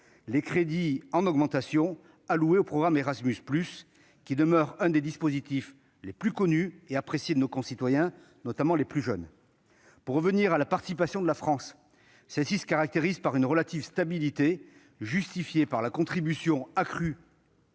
des crédits alloués au programme Erasmus+, qui demeure l'un des dispositifs les plus connus et appréciés de nos concitoyens, notamment des plus jeunes d'entre eux. Pour en revenir à la participation de la France au budget européen, celle-ci se caractérise par une relative stabilité, justifiée par la contribution accrue